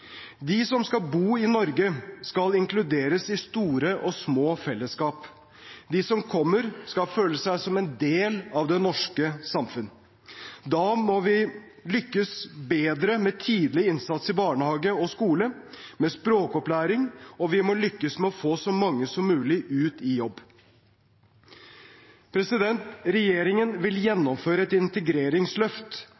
De som skal bo i Norge, skal inkluderes i store og små felleskap. De som kommer, skal føle seg som en del av det norske samfunnet. Da må vi lykkes bedre med tidlig innsats i barnehage og skole, med språkopplæring, og vi må lykkes med å få så mange som mulig ut i jobb. Regjeringen vil